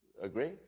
Agree